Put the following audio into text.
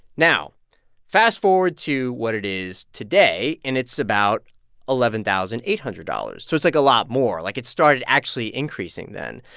now fast-forward to what it is today, and it's about eleven thousand eight hundred dollars. so it's, like, a lot more. like, it started actually increasing then.